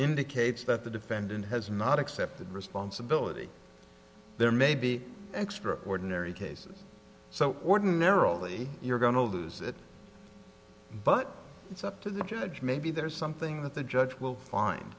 indicates that the defendant has not accepted responsibility there may be extraordinary cases so ordinarily you're going to lose it but it's up to the judge maybe there's something that the judge will fin